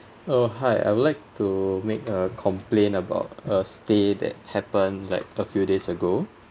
oh hi I would like to make a complain about a stay that happened like a few days ago